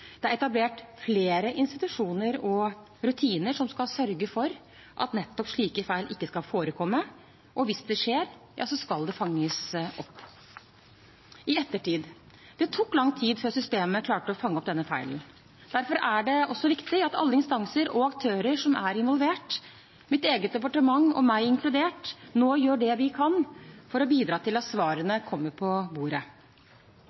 Det er etablert flere institusjoner og rutiner som skal sørge for at nettopp slike feil ikke skal forekomme, og hvis de skjer, skal de fanges opp. I ettertid: Det tok lang tid før systemet klarte å fange opp denne feilen. Derfor er det viktig at alle instanser og aktører som er involvert – mitt eget departement og meg inkludert – nå gjør det vi kan for å bidra til at